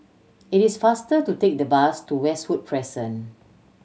it is faster to take the bus to Westwood Crescent